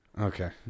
Okay